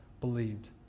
believed